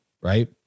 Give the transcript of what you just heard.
right